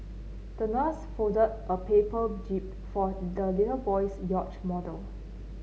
the nurse folded a paper jib for the little boy's yacht model